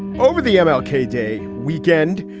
over the yeah mlk ah day weekend,